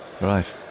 right